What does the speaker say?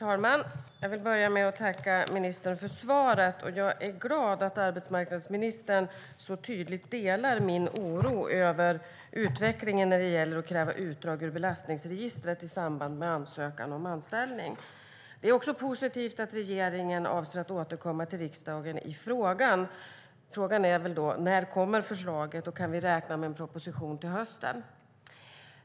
Herr talman! Jag tackar ministern för svaret. Jag är glad att arbetsmarknadsministern så tydligt delar min oro över utvecklingen när det gäller att kräva utdrag ur belastningsregistret i samband med ansökan om anställning. Det är också positivt att regeringen avser att återkomma till riksdagen om detta, men frågan är när förslaget kommer och om vi kan räkna med en proposition till hösten.